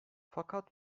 fakat